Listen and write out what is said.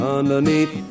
Underneath